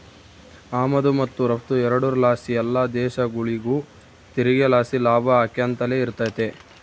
ಆಮದು ಮತ್ತು ರಫ್ತು ಎರಡುರ್ ಲಾಸಿ ಎಲ್ಲ ದೇಶಗುಳಿಗೂ ತೆರಿಗೆ ಲಾಸಿ ಲಾಭ ಆಕ್ಯಂತಲೆ ಇರ್ತತೆ